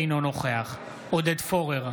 אינו נוכח עודד פורר,